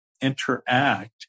interact